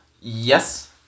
Yes